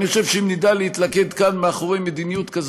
אני חושב שאם נדע להתלכד כאן מאחורי מדיניות כזאת